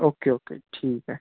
okay okay ठीक आहे